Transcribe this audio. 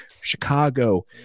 Chicago